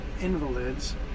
Invalids